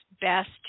best